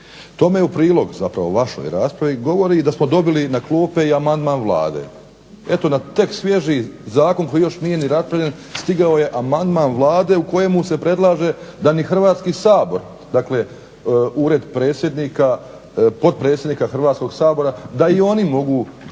Tome u prilog vašoj raspravi govori da smo dobili na klupe amandman Vlade, eto na tekst svježi Zakon koji još nije raspravljen stigao je amandman Vlade u kojemu se predlaže da ni Hrvatski sabor, dakle ured potpredsjednika Hrvatskog sabora da i oni mogu